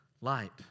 Light